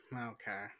okay